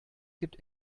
gibt